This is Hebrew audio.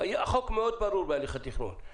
החוק מאוד ברור בהליך התכנון.